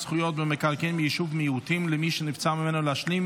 במקרקעין ביישוב מיעוטים למי שנבצר ממנו להשלים